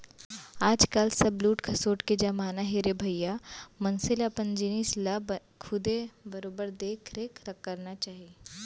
आज काल सब लूट खसोट के जमाना हे रे भइया मनसे ल अपन जिनिस ल खुदे बरोबर देख रेख करना चाही